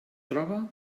troba